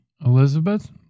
Elizabeth